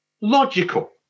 logical